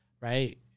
right